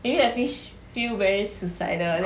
maybe like fish feel very suicidal then